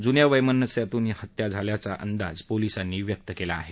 जुन्या वैमनस्यातून हत्या झाल्याचा अंदाज पोलिसांनी व्यक्त केला आहे